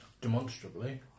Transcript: Demonstrably